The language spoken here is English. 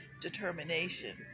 determination